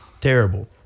terrible